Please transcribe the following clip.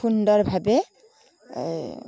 সুন্দৰভাৱে